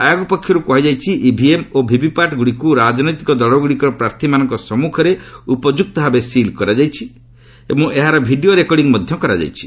ଆୟୋଗ ପକ୍ଷରୁ କୁହାଯାଇଛି ଇଭିଏମ୍ ଓ ଭିଭିପାଟ୍ଗୁଡ଼ିକୁ ରାଜନୈତିକ ଦଳଗୁଡ଼ିକର ପ୍ରାର୍ଥୀମାନଙ୍କ ସମ୍ମୁଖରେ ଉପଯୁକ୍ତ ଭାବେ ସିଲ୍ କରାଯାଇଛି ଏବଂ ଏହାର ଭିଡ଼ିଓ ରେକର୍ଡି ମଧ୍ୟ କରାଯାଇଛି